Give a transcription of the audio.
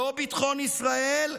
לא ביטחון ישראל,